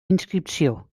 inscripció